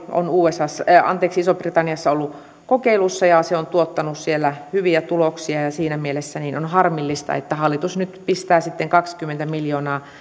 on isossa britanniassa ollut kokeilussa ja se on tuottanut siellä hyviä tuloksia ja siinä mielessä on harmillista että hallitus nyt pistää sitten kaksikymmentä miljoonaa